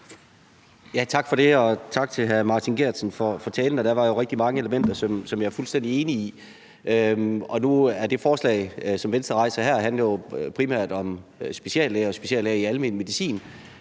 Tak for det, og tak til hr. Martin Geertsen for talen. Der var jo rigtig mange elementer, som jeg er fuldstændig enig i. Nu handlede det forslag, som Venstre rejser her, jo primært om speciallæger og speciallæger i almen medicin,